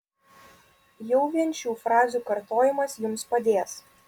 jau vien šių frazių kartojimas jums padės